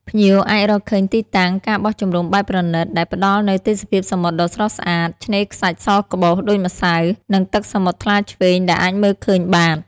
ភ្ញៀវអាចរកឃើញទីតាំង ការបោះជំរំបែបប្រណីត ដែលផ្តល់នូវទេសភាពសមុទ្រដ៏ស្រស់ស្អាត ឆ្នេរខ្សាច់សក្បុសដូចម្សៅ និងទឹកសមុទ្រថ្លាឈ្វេងដែលអាចមើលឃើញបាត។